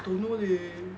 don't know leh